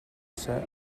set